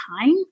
time